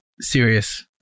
serious